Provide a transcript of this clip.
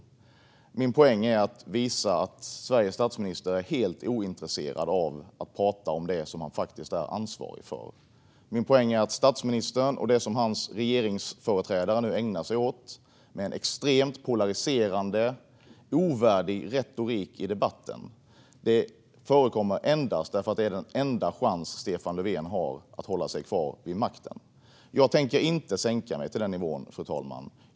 Min poäng är att visa att Sveriges statsminister är helt ointresserad av att prata om det som han faktiskt är ansvarig för. Min poäng är att statsministern och det som hans regeringsföreträdare nu ägnar sig åt, med en extremt polariserande och ovärdig retorik i debatten, endast förekommer därför att det är den enda chans Stefan Löfven har att hålla sig kvar vid makten. Jag tänker inte sänka mig till den nivån, fru talman.